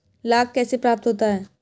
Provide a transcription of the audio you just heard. लाख कैसे प्राप्त होता है?